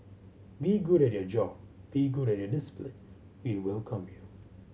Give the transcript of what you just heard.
be good at your job be good at your discipline we'd welcome you